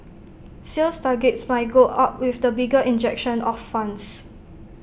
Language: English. sales targets might go up with the bigger injection of funds